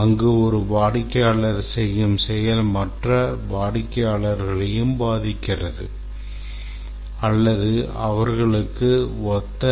அங்கு ஒரு வாடிக்கையாளர் செய்யும் செயல் மற்ற வாடிக்கையாளர்களையும் பாதிக்கிறது அல்லது அவர்களுக்கு ஒத்த